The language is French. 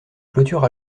clôture